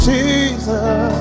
Jesus